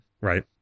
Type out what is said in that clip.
right